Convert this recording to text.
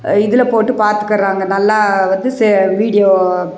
இதில் போட்டு பார்த்துக்குறாங்க நல்லா இது வீடியோ